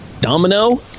domino